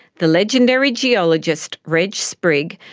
the legendary geologist reg sprigg,